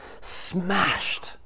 smashed